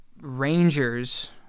Rangers